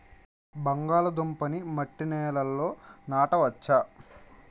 బంగాళదుంప నీ మట్టి నేలల్లో నాట వచ్చా?